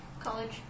College